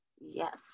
yes